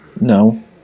No